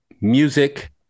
music